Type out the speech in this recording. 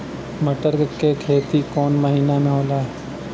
मटर क खेती कवन महिना मे होला?